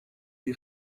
die